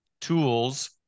tools